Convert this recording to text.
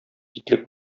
итлек